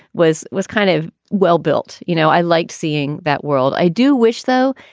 was was kind of well-built. you know, i liked seeing that world. i do wish, though,